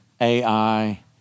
AI